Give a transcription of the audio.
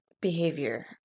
behavior